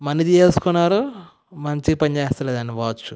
money తీసేసుకున్నారు మంచిగా పని చెయ్యలేదు అండి వాచ్